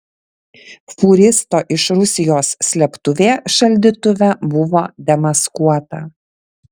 fūristo iš rusijos slėptuvė šaldytuve buvo demaskuota